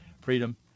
freedom